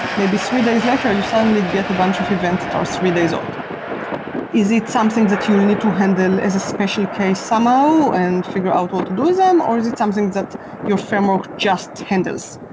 maybe three days later you suddenly get a bunch of events that are three-days-old is it something that you'll need to handle as a special case somehow and figure out how to do them or is it something that your framework just handles?